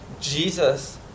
Jesus